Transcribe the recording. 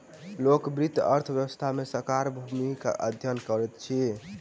लोक वित्त अर्थ व्यवस्था मे सरकारक भूमिकाक अध्ययन करैत अछि